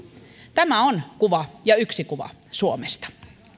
tämä on kuva ja yksi kuva suomesta